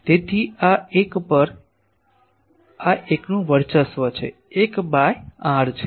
તેથી આ એક પર આ એકનું વર્ચસ્વ છે 1 બાય r છે